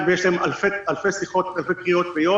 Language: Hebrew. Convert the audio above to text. ויש להם אלפי שיחות ביום,